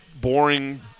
boring